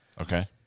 Okay